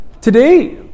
Today